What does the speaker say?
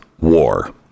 war